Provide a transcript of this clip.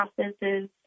processes